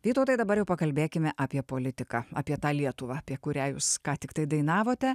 vytautai dabar jau pakalbėkime apie politiką apie tą lietuvą apie kurią jūs ką tiktai dainavote